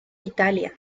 italia